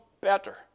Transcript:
better